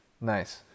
Nice